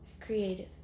creative